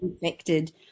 infected